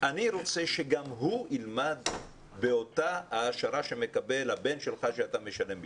והוא רוצה שגם הוא ילמד באותה העשרה שמקבל הבן שלך שאתה משלם עבורו.